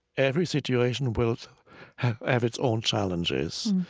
every situation will have its own challenges.